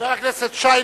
חבר הכנסת שי,